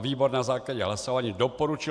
Výbor na základě hlasování doporučil